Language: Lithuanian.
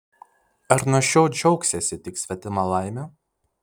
ar nuo šiol džiaugsiesi tik svetima laime